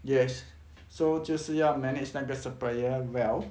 yes so 就是要 manage 那个 supplier well